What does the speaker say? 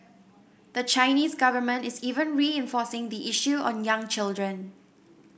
the Chinese government is even reinforcing the issue on young children